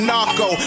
Narco